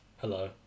Hello